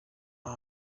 iyo